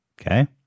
Okay